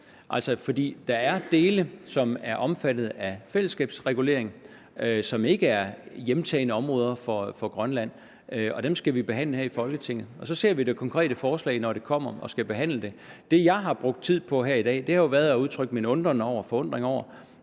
er altså dele, som er omfattet af fællesskabsregulering, som altså ikke er hjemtagne områder for Grønland, og dem skal vi behandle her i Folketinget. Og så ser vi det konkrete forslag, når det kommer og vi skal behandle det. Det, jeg har brugt tid på her i dag, har jo været på at udtrykke min forundring over,